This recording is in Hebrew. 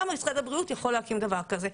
גם משרד הבריאות יכול להקים דבר כזה.